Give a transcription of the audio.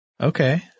Okay